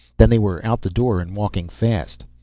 then they were out the door and walking fast.